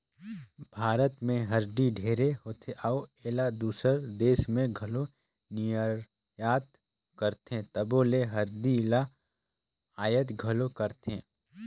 भारत में हरदी ढेरे होथे अउ एला दूसर देस में घलो निरयात करथे तबो ले हरदी ल अयात घलो करथें